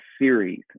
series